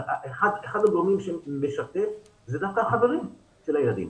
אחד הגורמים שמשתף זה דווקא החברים של הילדים